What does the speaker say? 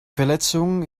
verletzung